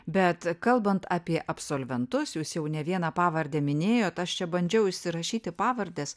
bet kalbant apie absolventus jūs jau ne vieną pavardę minėjot aš čia bandžiau išsirašyti pavardės